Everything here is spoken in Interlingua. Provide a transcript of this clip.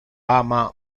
ama